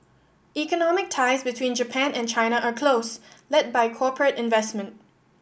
economic ties between Japan and China are close led by corporate investment